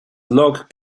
log